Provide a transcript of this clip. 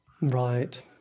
Right